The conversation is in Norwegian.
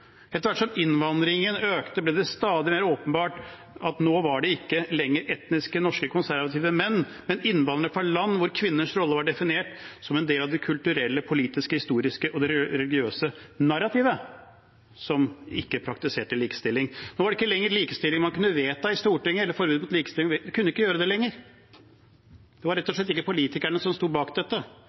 Etter hvert som innvandringen økte, ble det stadig mer åpenbart at nå var det ikke lenger etnisk norske, konservative menn, men innvandrere fra land hvor kvinners rolle var definert som en del av det kulturelle, politiske, historiske og religiøse narrativet, som ikke praktiserte likestilling. Nå var det ikke lenger likestilling man kunne vedta i Stortinget – man kunne ikke gjøre det lenger, det var rett og slett ikke politikerne som sto bak dette.